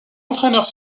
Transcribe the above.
entraîneurs